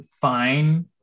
fine